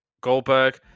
goldberg